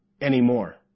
anymore